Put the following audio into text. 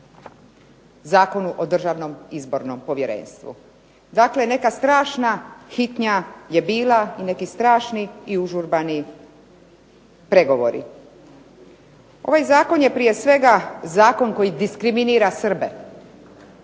Zakonu o Državnom izbornom povjerenstvu. Dakle, neka strašna hitnja je bila i neki strašni i užurbani pregovori. Ovaj zakon je prije svega zakon koji diskriminira Srbe